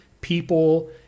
people